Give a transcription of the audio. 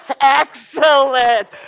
Excellent